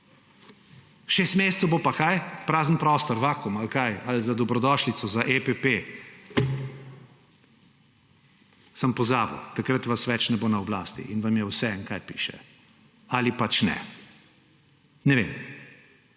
Šest mesecev bo pa kaj? Prazen prostor, vakuum ali kaj, ali za dobrodošlico, za EPP? Sem pozabil, takrat vas več ne bo na oblasti in vam je vseeno, kaj piše. Ali pač ne. Ne vem.